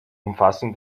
umfassen